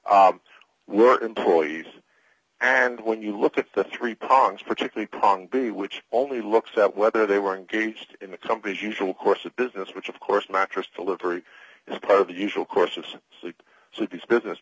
were employees and when you look at the three ponds particularly prong b which only looks at whether they were engaged in the company's usual course of business which of course mattress delivery is part of the usual course of so it is business